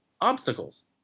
obstacles